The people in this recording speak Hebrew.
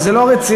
אבל זה לא רציני.